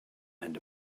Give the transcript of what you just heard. and